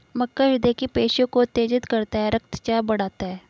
मक्का हृदय की पेशियों को उत्तेजित करता है रक्तचाप बढ़ाता है